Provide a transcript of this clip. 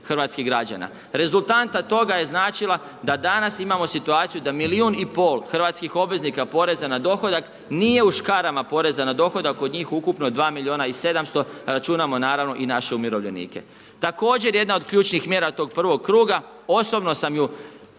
hrvatskih građana. Rezultanta toga je značila da danas imamo situaciju da milijun i pol hrvatskih obveznika poreza na dohodak nije u škarama poreza na dohodak od njih ukupno 2 milijuna i 700, računamo naravno i naše umirovljenike. Također jedna od ključnih mjera tog prvog kuga, osobno sam ju na